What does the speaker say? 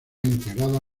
integrada